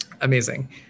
amazing